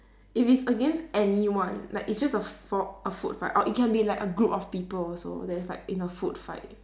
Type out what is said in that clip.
if it's against anyone like it's just a for a food fight or it can be like a group of people also that's like in a food fight